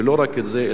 ולא רק את זה,